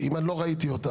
אם לא ראיתי אותן.